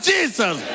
Jesus